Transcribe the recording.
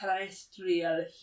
terrestrial